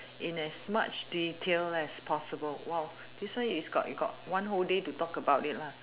in as much detail as possible !wow! this one is got you got one whole day to talk about it lah